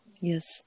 Yes